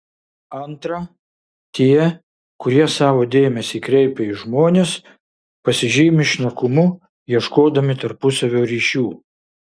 antra tie kurie savo dėmesį kreipia į žmones pasižymi šnekumu ieškodami tarpusavio ryšių